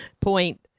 point